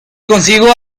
consigo